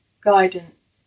Guidance